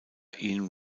ian